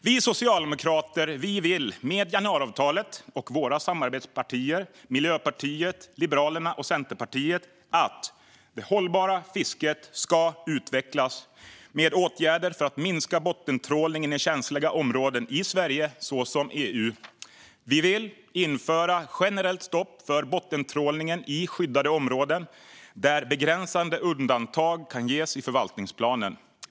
Vi socialdemokrater vill med januariavtalet och våra samarbetspartier Miljöpartiet, Liberalerna och Centerpartiet att det hållbara fisket ska utvecklas med åtgärder för att minska bottentrålningen i känsliga områden i Sverige och EU. Vi vill införa ett generellt stopp för bottentrålningen i skyddade områden där begränsade undantag kan ges i förvaltningsplanen.